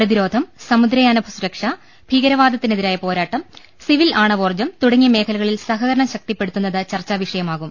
പ്രതി രോധം സമുദ്രയാന സുരക്ഷ ഭീകരവാദത്തിനെതിരായ പോരാ ട്ടം സിവിൽ ആണവോർജ്ജം തുടങ്ങിയ് മേഖലകളിൽ സഹക രണം ശക്തിപ്പെടുത്തുന്നത് ചർച്ചാവിഷയമാകും